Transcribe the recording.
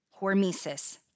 Hormesis